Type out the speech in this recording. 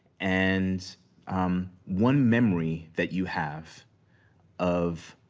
and one memory that you have of